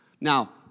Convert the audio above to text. Now